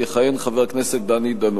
חבר הכנסת דני דנון.